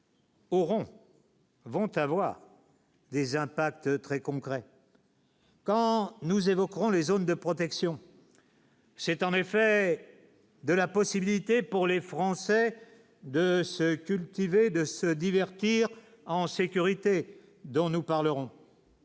On vont avoir des impacts très concrets. Quand nous évoquerons les zones de protection, c'est en effet de la possibilité pour les Français de se cultiver, de se divertir en sécurité dont nous parlerons.